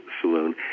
saloon